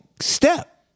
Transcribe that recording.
step